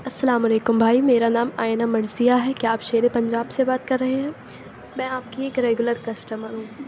السّلام علیکم بھائی میرا نام آئینہ مرثیہ ہے کیا آپ شیرے پنجاب سے بات کر رہے ہیں میں آپ کی ایک ریگولر کسٹمر ہوں